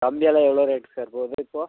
கம்பி எல்லாம் எவ்வளோ ரேட்டு சார் போகுது இப்போது